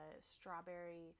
strawberry